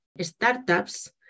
startups